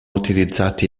utilizzati